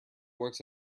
works